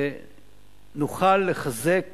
נוכל לחזק